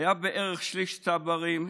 היו בערך שליש צברים,